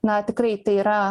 na tikrai tai yra